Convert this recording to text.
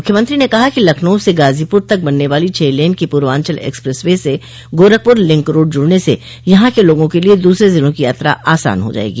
मुख्यमंत्री ने कहा कि लखनऊ से गाजीपुर तक बनने वाली छः लेन की पूर्वांचल एक्सप्रेस वे से गोरखपुर लिंक रोड जुड़ने से यहाँ के लोगों के लिए दूसरे जिलों की यात्रा आसान हो जायेगी